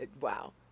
wow